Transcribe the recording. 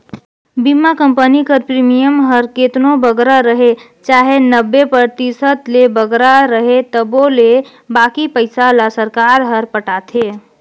बीमा कंपनी कर प्रीमियम हर केतनो बगरा रहें चाहे नब्बे परतिसत ले बगरा रहे तबो ले बाकी पइसा ल सरकार हर पटाथे